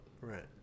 right